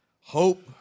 hope